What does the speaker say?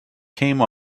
came